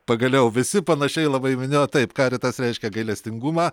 pagaliau visi panašiai labai minėjo taip caritas reiškia gailestingumą